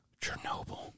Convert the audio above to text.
Chernobyl